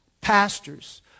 Pastors